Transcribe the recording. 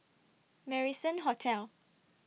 Marrison Hotel